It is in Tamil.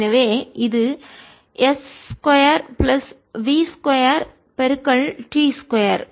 எனவே இது s 2 பிளஸ் v 2t 2